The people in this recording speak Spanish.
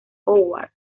howard